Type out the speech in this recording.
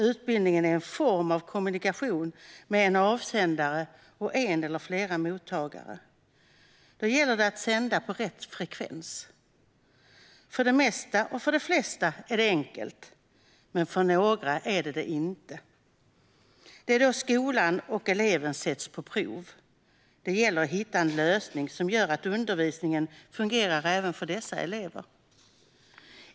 Utbildningen är en form av kommunikation med en avsändare och en eller fler mottagare. Då gäller det att sända på rätt frekvens. För det mesta och de flesta är det enkelt, men för några är det inte det. Det är då skolan och eleven sätts på prov. Det gäller att hitta en lösning som gör att undervisningen fungerar även för dessa elever.